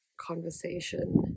conversation